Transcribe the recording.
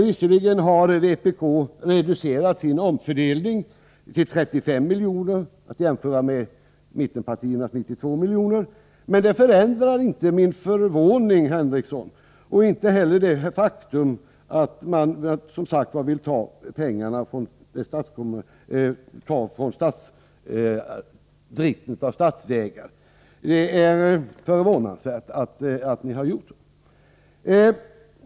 Visserligen har vpk reducerat sin omfördelning till 35 miljoner, att jämföra med mittenpartiernas 92 miljoner, men det förändrar inte min förvåning, herr Henricsson, och inte heller det faktum att man vill ta pengarna ifrån driften av statsvägar. Det är förvånansvärt att ni har gjort så.